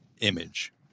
image